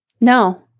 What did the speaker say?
No